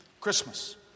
Christmas